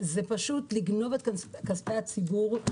זה פשוט לגנוב את כספי הציבור.